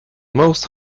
most